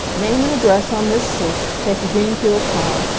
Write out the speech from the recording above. name and address on this slip. take a greenfield car.